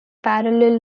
parallel